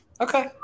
Okay